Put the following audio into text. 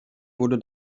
wurde